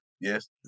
Yes